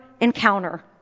encounter